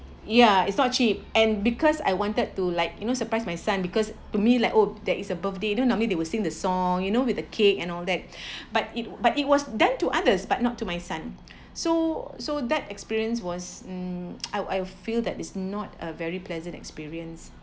ya it's not cheap and because I wanted to like you know surprised my son because to me like oh that is a birthday you know normally they will sing the song you know with a cake and all that but it but it was then to others but not to my son so so that experience was mm I I will feel that is not a very pleasant experience